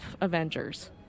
Avengers